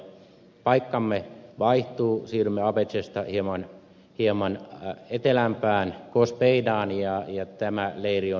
paikkamme vaihtuu siirrymme abechesta hieman etelämpään goz beidaan ja tämä leiri on irlantilaisten